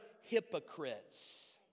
hypocrites